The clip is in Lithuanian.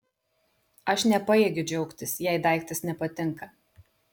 aš nepajėgiu džiaugtis jei daiktas nepatinka